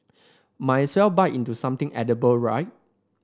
might as well bite into something edible right